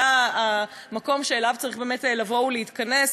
זה המקום שאליו צריך באמת לבוא ולהתכנס?